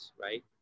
right